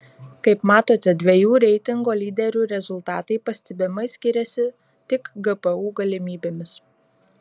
kaip matote dviejų reitingo lyderių rezultatai pastebimai skiriasi tik gpu galimybėmis